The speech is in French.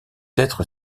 être